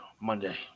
Monday